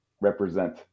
represent